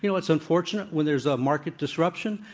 you know it's unfortunate, when there's a market disruption.